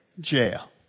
jail